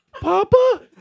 Papa